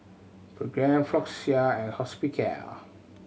Pregain Floxia and Hospicare